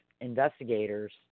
investigators